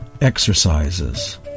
exercises